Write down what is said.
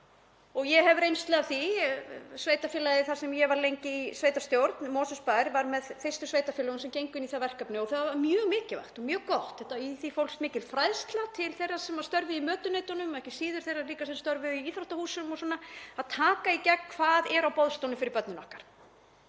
Ég hef reynslu af því, sveitarfélagið þar sem ég var lengi í sveitarstjórn, Mosfellsbær, var með fyrstu sveitarfélögunum sem gengu inn í þau verkefni og það var mjög mikilvægt og mjög gott. Í því fólst mikil fræðsla til þeirra sem störfuðu í mötuneytunum og ekki síður þeirra sem störfuðu í íþróttahúsunum og svona, að taka í gegn hvað er á boðstólum fyrir börnin okkar.